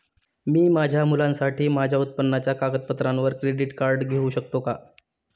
मी माझ्या मुलासाठी माझ्या उत्पन्नाच्या कागदपत्रांवर क्रेडिट कार्ड घेऊ शकतो का?